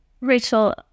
rachel